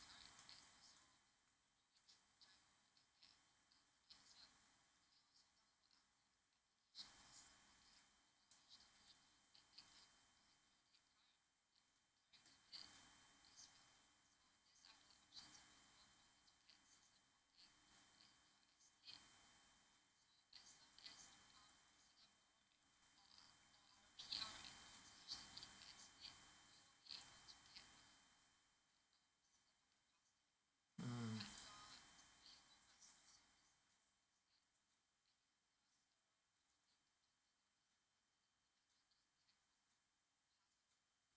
mm